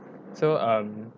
so um